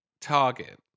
target